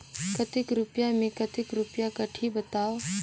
कतेक रुपिया मे कतेक रुपिया कटही बताव?